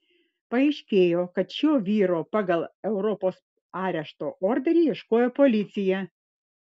paaiškėjo kad šio vyro pagal europos arešto orderį ieškojo policija